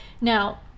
now